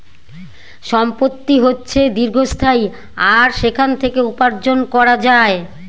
সম্পত্তি হচ্ছে দীর্ঘস্থায়ী আর সেখান থেকে উপার্জন করা যায়